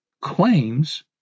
claims